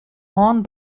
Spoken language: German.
horn